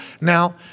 Now